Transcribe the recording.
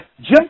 Jim